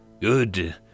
Good